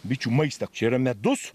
bičių maistą čia yra medus